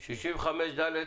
65ד,